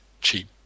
cheap